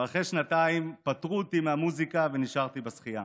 ואחרי שנתיים פטרו אותי מהמוזיקה ונשארתי בשחייה.